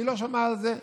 מי לא שמע על זה?